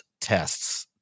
tests